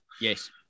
Yes